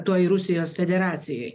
toj rusijos federacijoj